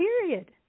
period